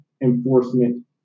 enforcement